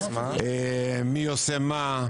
מי עושה מה,